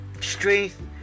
strength